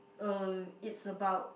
uh it's about